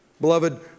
Beloved